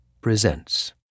Presents